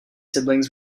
siblings